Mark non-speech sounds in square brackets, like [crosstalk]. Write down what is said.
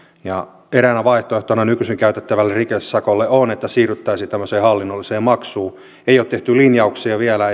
eräänä vaihtoehtona nykyisin käytettävälle rikesakolle on että siirryttäisiin tämmöiseen hallinnolliseen maksuun ei ole tehty linjauksia vielä [unintelligible]